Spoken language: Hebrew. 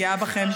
גאה בכם מאוד.